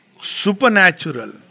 supernatural